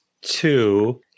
two